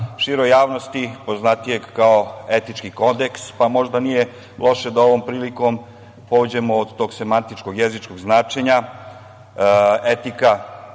široj javnosti poznatijeg kao etički Kodeks, pa možda nije loše da ovom prilikom pođemo od tog semantičkog jezičkog značenja. Etika